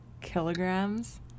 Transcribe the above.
kilograms